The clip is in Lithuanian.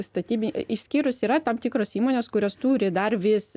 statybi išskyrus yra tam tikros įmonės kurios turi dar vis